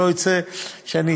שלא יצא שאני,